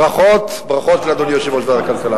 ברכות, ברכות לאדוני יושב-ראש ועדת הכלכלה.